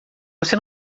você